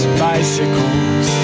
bicycles